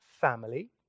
family